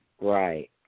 Right